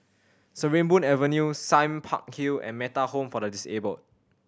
Sarimbun Avenue Sime Park Hill and Metta Home for the Disabled